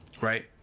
right